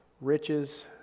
riches